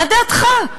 מה דעתך?